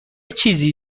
چیزی